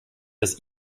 das